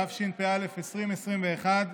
התשפ"ב 2021,